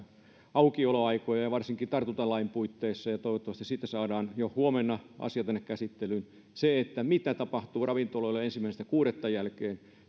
aukioloaikoja ja varsinkin tartuntalain puitteissa ja toivottavasti siitä saadaan jo huomenna asia tänne käsittelyyn että siltä osin mitä tapahtuu ravintoloille ensimmäinen kuudetta jälkeen